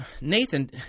Nathan